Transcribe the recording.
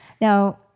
Now